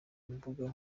imbuga